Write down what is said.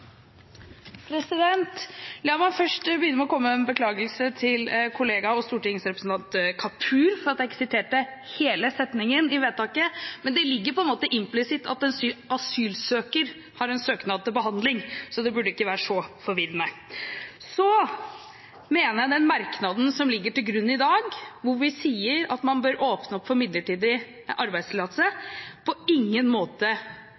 La meg først begynne med å komme med en beklagelse til kollega og stortingsrepresentant Kapur for at jeg ikke siterte hele setningen i vedtaket, men det ligger på en måte implisitt at en asylsøker har en søknad til behandling. Så det burde ikke være så forvirrende. Jeg mener at den merknaden som ligger til grunn i dag, hvor vi sier at man bør «åpne for midlertidig arbeidstillatelse», er det på ingen måte